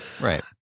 right